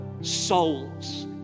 souls